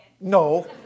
No